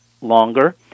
longer